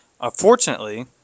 Unfortunately